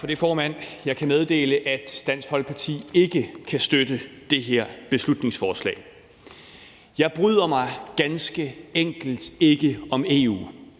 Jeg kan meddele, at Dansk Folkeparti ikke kan støtte det her beslutningsforslag. Jeg bryder mig ganske enkelt ikke om EU.